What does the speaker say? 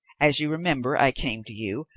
as you remember, i came to you,